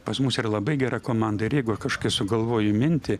pas mus yra labai gera komanda ir jeigu kažkas sugalvoja mintį